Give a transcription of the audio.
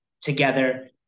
together